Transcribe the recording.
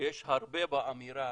הרבה באמירה